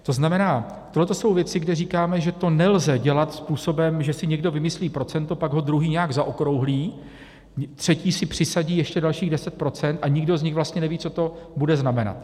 To znamená, že tohle jsou věci, kde říkáme, že to nelze dělat způsobem, že si někdo vymyslí procento, pak ho druhý nějak zaokrouhlí, třetí si přisadí ještě dalších 10 % a nikdo z nich vlastně neví, co to bude znamenat.